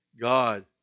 God